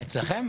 אצלכם?